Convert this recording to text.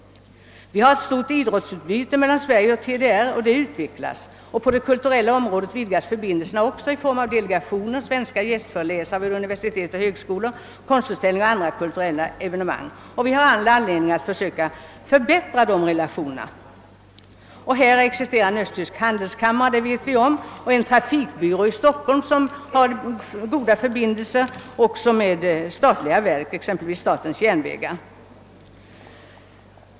Vi har också ett stort idrottsutbyte mellan Sverige och TDR och det utvecklas. På det kulturella området vidgas förbindelserna också i form av delegationer, svenska gästföreläsare vid universitet och högskolor, konstutställningar och andra kulturella evenemang. Vi har all anledning att försöka förbättra de relationerna. Det existerar en östtysk handelskammare — det vet vi — och en trafikbyrå i Stockholm, som har goda förbindelser också med statliga verk, exempelvis med statens järnvägar.